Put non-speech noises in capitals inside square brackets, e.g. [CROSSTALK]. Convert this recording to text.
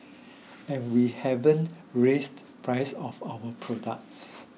[NOISE] and we haven't raised the prices of our products